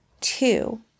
Two